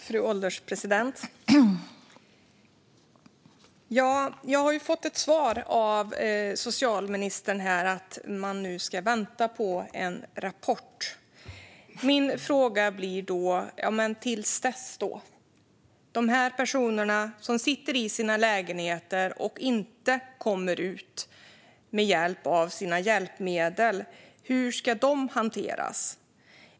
Fru ålderspresident! Jag har av socialministern fått svaret att man nu ska vänta på en rapport. Men till dess då? De här personerna, som sitter i sina lägenheter och inte kommer ut med hjälp av sina hjälpmedel - hur ska de hanteras?